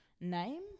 name